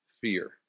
fear